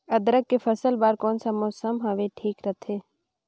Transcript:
अदरक के फसल बार कोन सा मौसम हवे ठीक रथे?